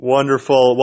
Wonderful